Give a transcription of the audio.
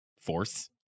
force